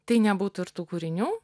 tai nebūtų ir tų kūrinių